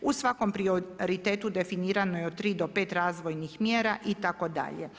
U svakom prioritetu definirano je od 3 do 5 razvojnih mjera itd.